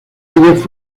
ellos